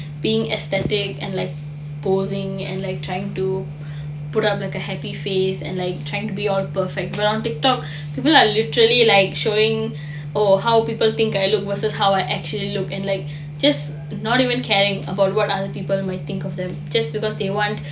being aesthetic and like posing and like trying to put up like a happy face and try to be all perfect but on TikTok people are literally like showing oh how people think I look versus how I actually look at like just not even caring about what other people may think of them just because they want